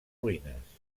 ruïnes